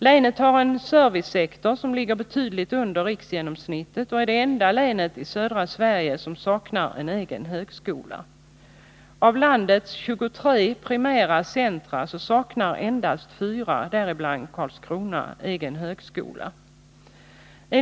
Länet har en servicesektor som ligger betydligt under riksgenomsnittet och är det enda länet i södra Sverige som saknar en egen högskola. Av landets 23 primära centra saknar endast fyra — däribland Karlskrona — egen högskola.